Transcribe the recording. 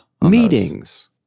Meetings